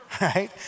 right